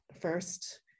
First